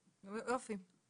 יופי.